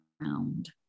ground